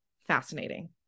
Fascinating